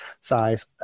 size